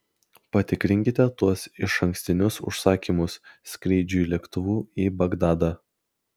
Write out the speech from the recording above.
patikrinkite tuos išankstinius užsakymus skrydžiui lėktuvu į bagdadą